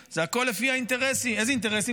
זה איראן.